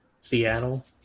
seattle